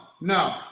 no